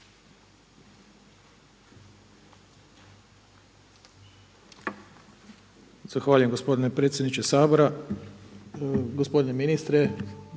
Zahvaljujem gospodine predsjedniče Sabora. Gospodine ministre,